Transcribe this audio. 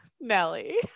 Nelly